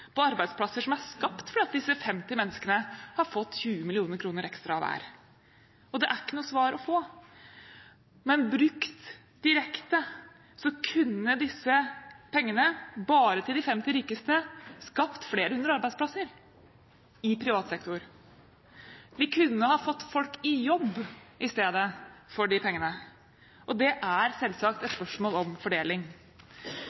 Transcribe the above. på arbeidsplasser som er skapt fordi disse 50 menneskene har fått 20 mill. kr ekstra hver, og det er ikke noe svar å få. Men brukt direkte kunne disse pengene – bare til de 50 rikeste – skapt flere hundre arbeidsplasser i privat sektor. Vi kunne ha fått folk i jobb i stedet for de pengene, og det er selvsagt et